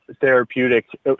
therapeutic